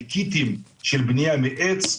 מקיטים של בנייה מעץ.